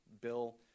bill